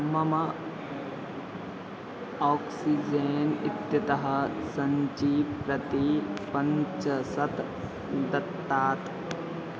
मम आक्सिज़ेन् इत्यतः सञ्ची प्रति पञ्चशतं दत्तात्